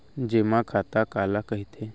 जेमा खाता काला कहिथे?